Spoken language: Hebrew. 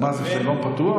מה זה, שאלון פתוח?